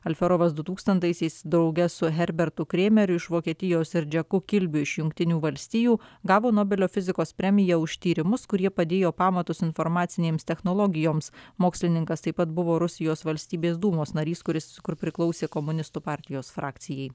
alfiorovas du tūkstantaisiais drauge su herbertu krėmeriu iš vokietijos ir džeku kilby iš jungtinių valstijų gavo nobelio fizikos premiją už tyrimus kurie padėjo pamatus informacinėms technologijoms mokslininkas taip pat buvo rusijos valstybės dūmos narys kuris priklausė komunistų partijos frakcijai